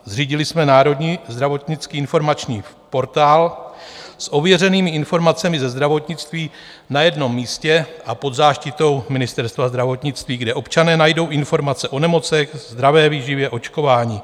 Zřídili jsme národní informační portál s ověřenými informacemi ze zdravotnictví na jednom místě a pod záštitou Ministerstva zdravotnictví, kde občané najdou informace o nemocech, zdravé výživě, očkování.